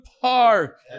Park